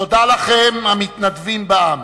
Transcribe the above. תודה לכם, המתנדבים בעם.